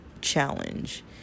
challenge